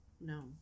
no